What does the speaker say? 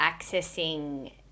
accessing